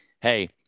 hey